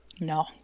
No